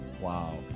Wow